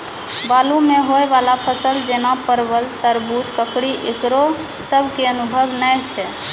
बालू मे होय वाला फसल जैना परबल, तरबूज, ककड़ी ईकरो सब के अनुभव नेय छै?